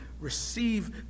receive